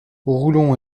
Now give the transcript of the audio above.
roulon